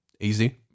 Easy